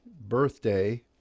birthday